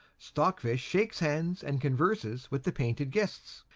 stock fish shakes hands and converses with the painted guests,